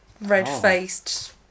red-faced